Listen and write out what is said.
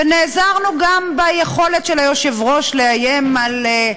ונעזרנו גם ביכולת של היושב-ראש לאיים על,